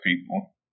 people